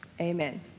Amen